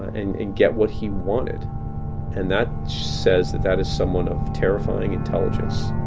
and and get what he wanted and that says that that is someone of terrifying intelligence,